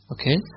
Okay